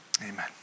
amen